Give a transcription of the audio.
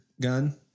gun